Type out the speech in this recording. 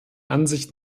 ansicht